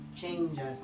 changes